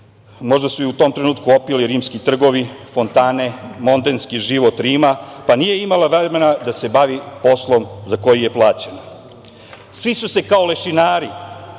možda su je u tom trenutku opili rimski trgovi, fontane, mondenski život Rima, pa nije imala vremena da se bavi poslom za koji je plaćena. Svi su se kao lešinari